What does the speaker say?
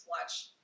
watch